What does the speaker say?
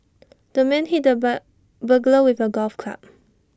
the man hit the bug burglar with A golf club